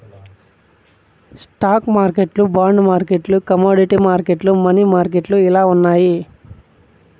stock మార్కెట్లు bond మార్కెట్లు commodity మార్కెట్లు, మనీ మార్కెట్లు ఇలా ఉన్నాయి